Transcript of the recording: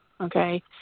okay